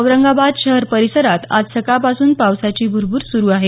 औरंगाबाद शहर परिसरात आज सकाळपासून पावसाची भुरभूर सुरू आहे